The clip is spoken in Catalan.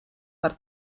per